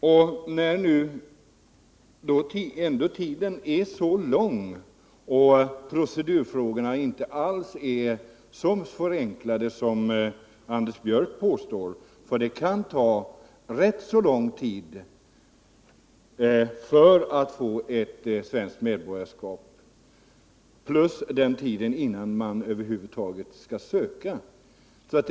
Men kvalifikationstiderna är ändå långa och procedurfrågorna inte alls så enkla som Anders Björck påstår. Det kan ta rätt så lång tid att få svenskt medborgarskap, och det skall läggas till den tid som måste förflyta innan man kan söka medborgarskap.